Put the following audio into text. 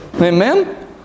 Amen